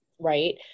Right